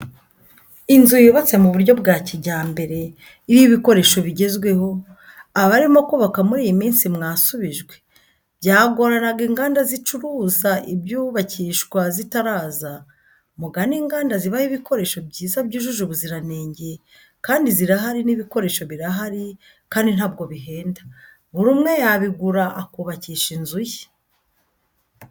Inzu yubatse mu buryo bwa kijyambere iriho ibikoresho bigezweho, abarimo kubaka muri y'iminsi mwasubijwe byagoranaga inganda zicuruza ibyubakishwa zitaraza, mugane inganda zibahe ibikoresho byiza byujuje ubuziranenge kandi zirahari n'ibikoresho birahari kandi ntabwo bihenda, buri umwe yabigura akubakisha inzu ye.